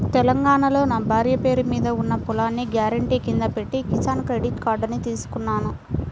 తెలంగాణాలో నా భార్య పేరు మీద ఉన్న పొలాన్ని గ్యారెంటీ కింద పెట్టి కిసాన్ క్రెడిట్ కార్డుని తీసుకున్నాను